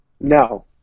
No